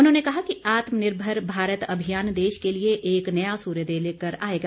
उन्होंने कहा कि आत्मनिर्भर भारत देश के लिए एक नया सूर्योदय लेकर आएगा